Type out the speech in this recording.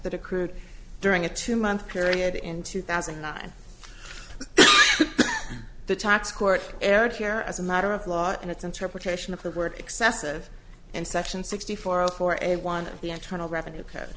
that accrued during a two month period in two thousand and nine the tax court aired here as a matter of law and its interpretation of the word excessive and section sixty four zero four and one of the internal revenue co